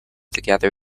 together